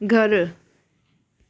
घरु